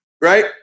Right